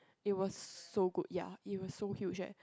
it was so good ya it was so huge eh